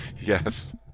Yes